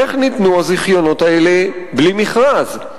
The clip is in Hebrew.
איך ניתנו הזיכיונות האלה בלי מכרז?